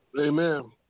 Amen